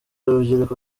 urubyiruko